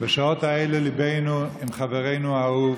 בשעות האלה ליבנו עם חברנו האהוב,